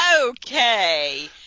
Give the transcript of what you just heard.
okay